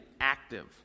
active